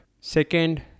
second